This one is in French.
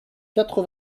quatre